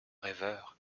rêveur